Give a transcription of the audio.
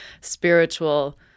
spiritual